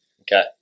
okay